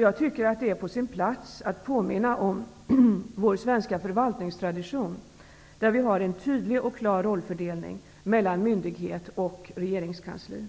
Jag tycker det är på sin plats att påminna om vår svenska förvaltningstradition, där vi har en tydlig och klar rollfördelning mellan myndighet och regeringskansli.